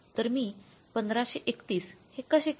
तर मी १५३१ हे कसे केले